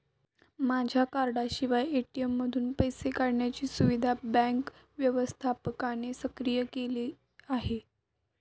माझ्या कार्डाशिवाय ए.टी.एम मधून पैसे काढण्याची सुविधा बँक व्यवस्थापकाने सक्रिय केली आहे